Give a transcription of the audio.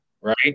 right